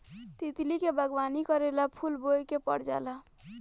तितली के बागवानी करेला फूल बोए के पर जाला